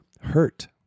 hurt